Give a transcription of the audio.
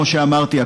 כמו שאמרתי,